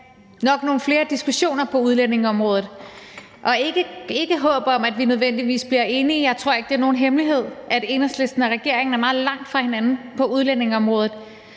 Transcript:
have nogle flere diskussioner på udlændingeområdet, og ikke håb om, at vi nødvendigvis bliver enige – jeg tror ikke, det er nogen hemmelighed, at Enhedslisten og regeringen er meget langt fra hinanden på udlændingeområdet